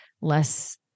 less